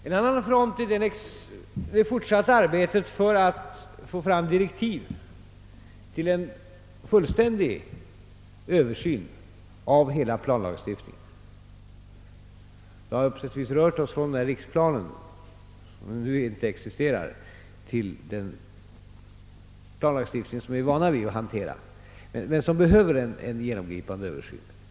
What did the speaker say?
En annan uppgift för denna grupp är att utarbeta direktiv för en fullständig översyn av hela planlagstiftningen. Det har därvidlag skett en förskjutning från den planering på riksplanet, som nu inte existerar, till den planlagstiftning som vi är vana att hantera och som behöver en genomgripande översyn.